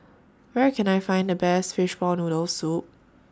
Where Can I Find The Best Fishball Noodle Soup